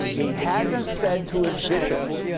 he hasn't said to his bishops,